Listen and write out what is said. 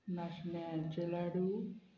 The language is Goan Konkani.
नाचण्यांचे लाडू